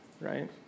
right